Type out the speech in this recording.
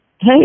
hey